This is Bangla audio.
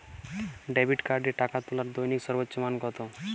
ডেবিট কার্ডে টাকা তোলার দৈনিক সর্বোচ্চ মান কতো?